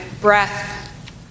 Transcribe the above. breath